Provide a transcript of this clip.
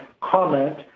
comment